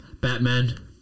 Batman